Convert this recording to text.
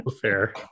Fair